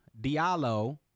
Diallo